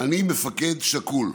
אני מפקד שכול,